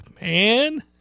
man